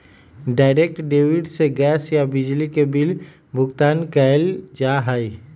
direct debit से gas या बिजली के बिल भुगतान कइल जा हई